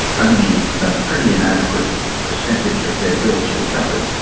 only a pretty inadequate percentage of their bills were covered,